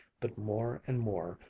but more and more,